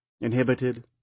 Inhibited